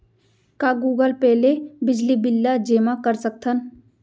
का Google Pay ले बिजली बिल ल जेमा कर सकथन?